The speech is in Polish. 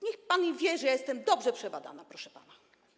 Niech pan wie, że ja jestem dobrze przebadana, proszę pana.